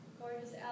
Gorgeous